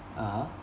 (uh huh)